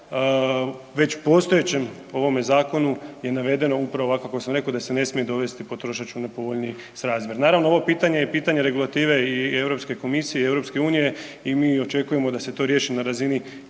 već u postojećem ovome zakonu je navedeno upravo ovako kako sam reko, da se ne smije dovesti potrošač u nepovoljniji srazmjer. Naravno, ovo pitanje je pitanje regulative i Europske komisije i EU i mi očekujemo da se to riješi na razini